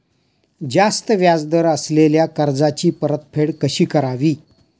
जास्त व्याज दर असलेल्या कर्जाची परतफेड कशी करावी?